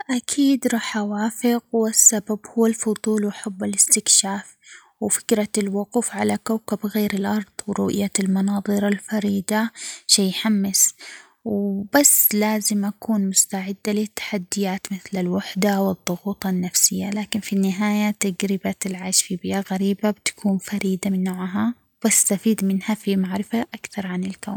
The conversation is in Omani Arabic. باخد معاي أول شي الخيمة وكمية كبيرة من الماء لأنهم بيبقوني على الحياة، وبعدين باخد أدوات للطهي وباخد كتيب للنباتات الصالحة للأكل في البيئة الصحراوية وباخد كمان كتيب يعلمني كيف عيش في هذه البيئة وآخر شي باخد معاي كتيب ومجموعة إسعافات أولية للوقاية من أي إصابات.